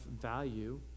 value